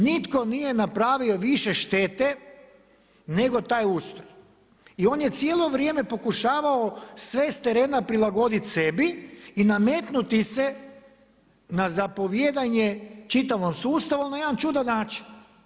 Nitko nije napravio više štete nego taj ustroj i on je cijelo vrijeme pokušavao sve s terena prilagodit sebi i nametnuti se na zapovijedanje čitavom sustavu na jedan čudan način.